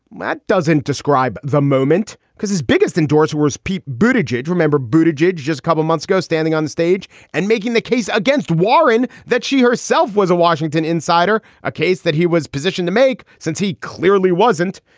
that doesn't describe the moment because his biggest endorse was pete. buti jej remember, buti jej just couple months ago standing onstage and making the case against warren that she herself was a washington insider, a case that he was positioned to make since he clearly wasn't.